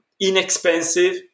inexpensive